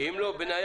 בניה